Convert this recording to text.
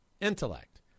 intellect